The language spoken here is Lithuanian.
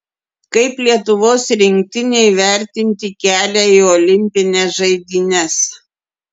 kaip lietuvos rinktinei vertinti kelią į olimpines žaidynes